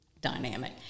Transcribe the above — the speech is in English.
dynamic